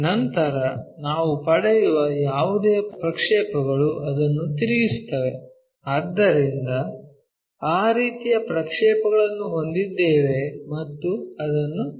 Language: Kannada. ನಂತರ ನಾವು ಪಡೆಯುವ ಯಾವುದೇ ಪ್ರಕ್ಷೇಪಗಳು ಅದನ್ನು ತಿರುಗಿಸುತ್ತವೆ ಆದ್ದರಿಂದ ಆ ರೇಖೆಯ ಪ್ರಕ್ಷೇಪಗಳನ್ನು ಹೊಂದಿದ್ದೇವೆ ಮತ್ತು ಅದನ್ನು ನಿರ್ಮಿಸುತ್ತೇವೆ